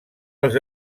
als